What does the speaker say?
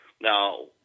Now